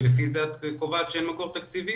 ולפי זה את קובעת שאין מקור תקציבי?